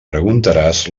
preguntaràs